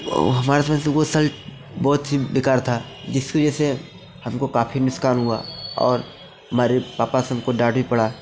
और बहुत ही बेकार था जिसकी वजह से हमको काफ़ी नुकसान हुआ और हमारे पापा से हमको डांट भी पड़ा